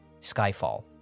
Skyfall